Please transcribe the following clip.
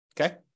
Okay